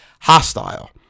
hostile